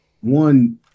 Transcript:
one